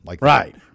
Right